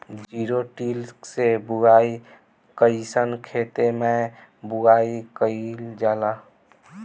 Zero till से बुआई कयिसन खेते मै बुआई कयिल जाला?